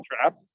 trapped